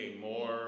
more